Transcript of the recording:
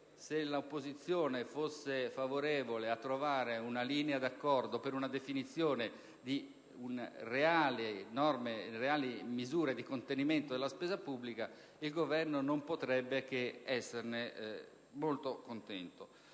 se l'opposizione fosse favorevole a trovare una linea di accordo per la definizione di reali misure di contenimento della spesa pubblica, il Governo non potrebbe che esserne molto contento.